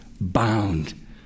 bound